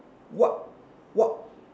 what what